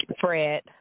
Fred